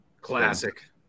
classic